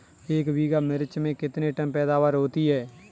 एक बीघा मिर्च में कितने टन पैदावार होती है?